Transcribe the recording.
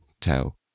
tell